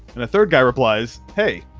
and a third guy replies, hey.